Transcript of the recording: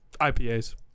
IPAs